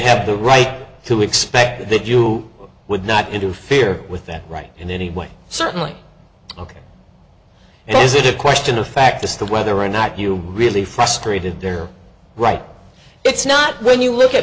have the right to expect that you would not interfere with that right in any way certainly ok and is it a question of fact just to whether or not you are really frustrated there right it's not when you look at